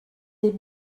des